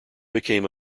became